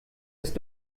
ist